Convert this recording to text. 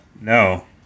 no